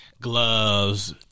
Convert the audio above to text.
Gloves